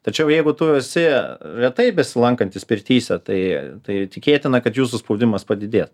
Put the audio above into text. tačiau jeigu tu esi retai besilankantis pirtyse tai tai tikėtina kad jūsų spaudimas padidė